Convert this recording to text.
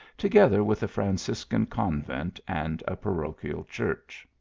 together with a franciscan convent and a parochial church.